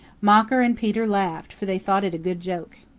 mocker and peter laughed, for they thought it a good joke.